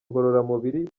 ngororamubiri